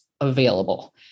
available